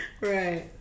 Right